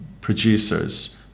producers